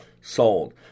sold